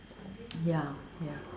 ya ya